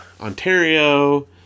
Ontario